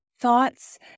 thoughts